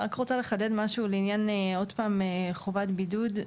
אני רק רוצה לחדד משהו עוד פעם לעניין חובת הבידוד.